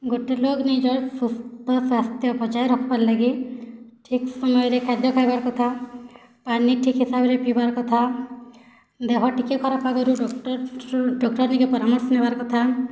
ଗୋଟେ ଲୋକ୍ ନିଜର୍ ସୁସ୍ଥ ସ୍ଵାସ୍ଥ୍ୟ ବଜାୟ ରଖବାର୍ ଲାଗି ଠିକ୍ ସମୟରେ ଖାଦ୍ୟ ଖାଇବାର୍ କଥା ପାନୀ ଠିକ୍ ହିସାବରେ ପିଇବାର କଥା ଦେହ ଟିକେ ଖରାପ୍ ଆଗରୁ ଡ଼କ୍ଟର୍ ଡ଼କ୍ଟର୍ ପରାମର୍ଶ ନେବାର୍ କଥା